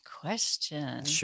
question